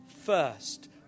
first